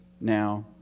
now